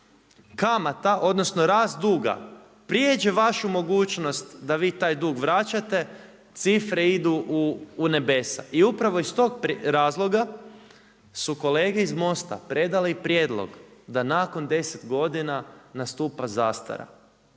kamata odnosno rast duga prijeđe vašu mogućnost da vi taj dug vraćate, cifre idu u nebesa i upravo iz tog razloga su kolege iz MOST-a predale i prijedlog da nakon 10 godina nastupa zastara.